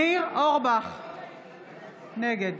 נגד